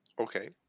Okay